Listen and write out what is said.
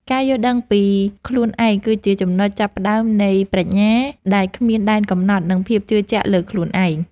ការយល់ដឹងពីខ្លួនឯងគឺជាចំណុចចាប់ផ្តើមនៃប្រាជ្ញាដែលគ្មានដែនកំណត់ និង ភាពជឿជាក់លើខ្លួនឯង។